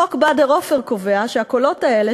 חוק בדר-עופר קובע שהקולות האלה,